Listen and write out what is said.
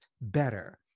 better